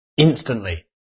instantly